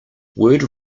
word